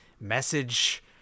message